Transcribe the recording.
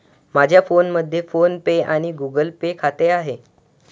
माझ्या फोनमध्ये PhonePe आणि गुगल पे खाते आहे